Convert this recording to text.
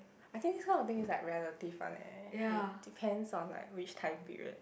I think nowadays like relative one eh it depends on like which time period